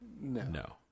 No